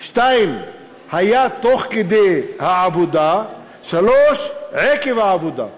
2. היה תוך כדי העבודה, 3. עקב העבודה.